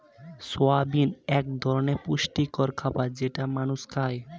soybean এক ধরনের পুষ্টিকর খাবার যেটা মানুষ খায়